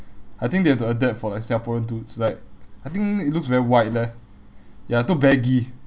I think they have to adapt for like singaporean dudes like I think it looks very wide leh ya too baggy